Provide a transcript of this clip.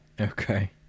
Okay